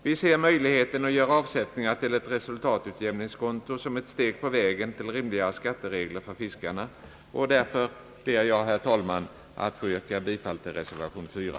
Vi ser möjligheten att göra avsätt ningar till ett resultatutjämningskonto som ett steg på vägen till rimligare skatteregler för fiskarna, och därför ber jag, herr talman, att få yrka bifall till reservation 4.